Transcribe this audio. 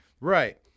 Right